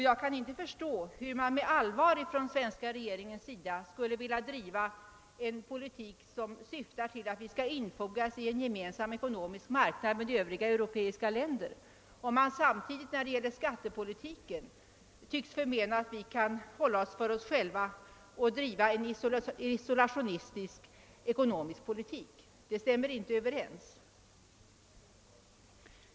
Jag kan inte förstå hur den svenska regeringen med allvar skulle vilja driva en politik som syftar till att infoga Sverige i en gemensam ekonomisk marknad med övriga europeiska länder, om man samtidigt när det gäller skattepolitiken tycks mena att vi bör kunna hålla oss för oss själva och driva en isolationistisk ekonomisk politik. Det ena stämmer inte överens med det andra.